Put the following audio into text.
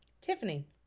Tiffany